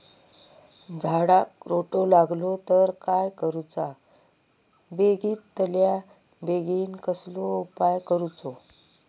झाडाक रोटो लागलो तर काय करुचा बेगितल्या बेगीन कसलो उपाय करूचो?